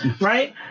right